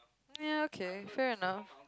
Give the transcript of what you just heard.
ya okay fair enough